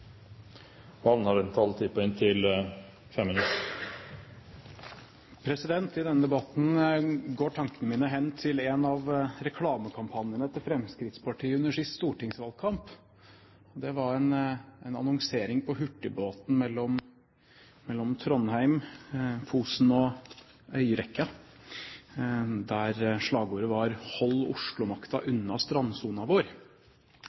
I denne debatten går tankene mine hen til en av reklamekampanjene til Fremskrittspartiet under siste stortingsvalgkamp. Det var en annonsering på hurtigbåten mellom Trondheim, Fosen og øyrekka, der slagordet var: Hold Oslo-makta unna strandsona vår